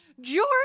George